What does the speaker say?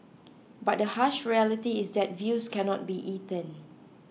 but the harsh reality is that views cannot be eaten